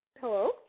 hello